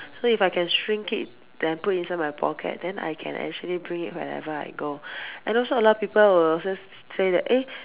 so if I can shrink it then put inside my pocket then I can actually bring it wherever I go and also a lot people will also say that eh